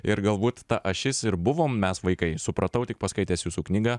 ir galbūt ta ašis ir buvom mes vaikai supratau tik paskaitęs jūsų knygą